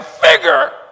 figure